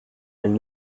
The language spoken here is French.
elles